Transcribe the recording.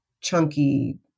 chunky